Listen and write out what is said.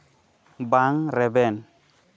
ᱵᱟᱝ ᱨᱮᱵᱮᱱ